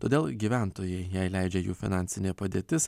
todėl gyventojai jei leidžia jų finansinė padėtis